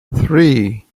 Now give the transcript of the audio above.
three